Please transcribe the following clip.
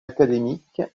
académiques